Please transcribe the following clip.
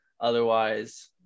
otherwise